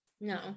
No